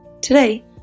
Today